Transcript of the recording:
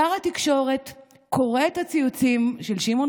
שר התקשורת קורא את הציוצים של שמעון